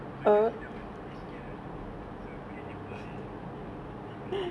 finally dah holiday sikit ah so boleh lepak at home and uh